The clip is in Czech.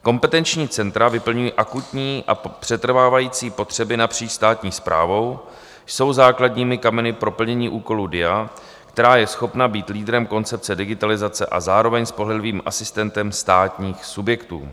Kompetenční centra vyplňují akutní a přetrvávající potřeby napříč státní správou, jsou základními kameny pro plnění úkolů DIA, která je schopna být lídrem koncepce digitalizace a zároveň pohledovým asistentem státních subjektů.